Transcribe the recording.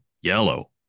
yellow